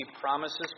promises